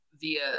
via